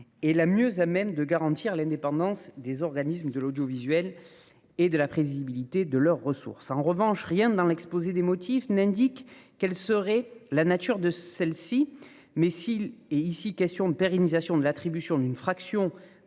sera le mieux à même de garantir l'indépendance des organismes de l'audiovisuel et la prévisibilité de leurs ressources. En revanche, rien dans l'exposé des motifs ne permet de savoir quelle serait la nature de cette mesure. S'il s'agit de pérenniser l'attribution d'une fraction